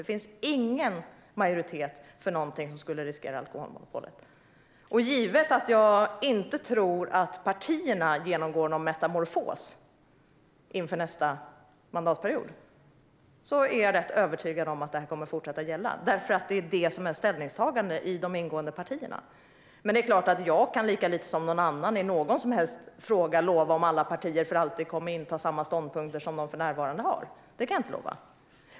Det finns ingen majoritet för någonting som skulle riskera alkoholmonopolet. Givet att jag inte tror att partierna genomgår någon metamorfos inför nästa mandatperiod är jag rätt övertygad om att detta kommer att fortsätta gälla, därför att det är det som är ställningstagandet i de ingående partierna. Sedan är det klart att jag lika lite som någon annan i någon som helst fråga kan lova att alla partier för alltid kommer att inta samma ståndpunkter som de för närvarande har.